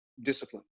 discipline